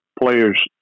players